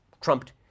trumped